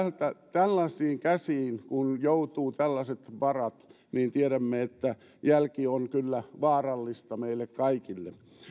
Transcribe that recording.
tällaisiin käsiin kun joutuvat tällaiset varat niin tiedämme että jälki on kyllä vaarallista meille kaikille